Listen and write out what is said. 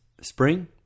spring